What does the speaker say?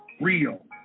real